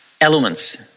elements